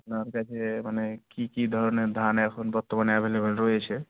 আপনার কাছে মানে কী কী ধরনের ধান এখন বর্তমানে অ্যাভেলেবেল রয়েছে